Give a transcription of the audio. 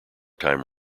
time